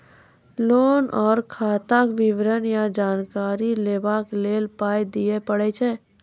Loan आर खाताक विवरण या जानकारी लेबाक लेल पाय दिये पड़ै छै?